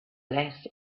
less